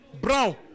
brown